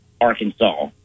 Arkansas